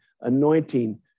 anointing